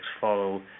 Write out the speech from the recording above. follow